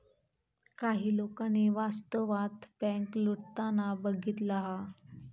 काही लोकांनी वास्तवात बँक लुटताना बघितला हा